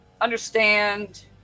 understand